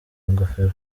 ingofero